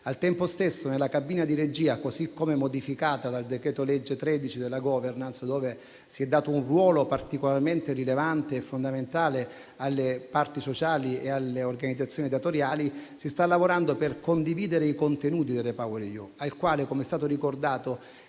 Allo stesso modo, nella cabina di regia, così come modificata dal decreto-legge n. 13 del 2023 sulla *governance*, che ha attribuito un ruolo particolarmente rilevante e fondamentale alle parti sociali e alle organizzazioni datoriali, si sta lavorando per condividere i contenuti del REPowerEU, al quale - come è stato ricordato